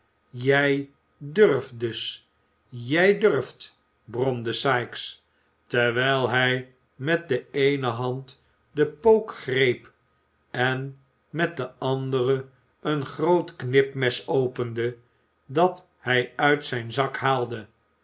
je durft dus je durft bromde sikes terwijl hij met de eene hand den pook greep en met de andere een groot knipmes opende dat hij uit zijn zak haalde